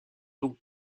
donc